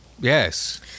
Yes